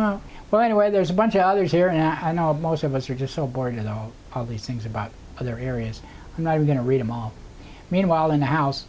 that well anyway there's a bunch of others here and i know of most of us are just so bored with all of these things about other areas and i'm going to read them all meanwhile in the house